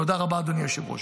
תודה רבה אדוני היושב-ראש.